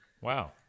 wow